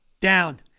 Down